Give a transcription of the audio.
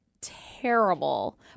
terrible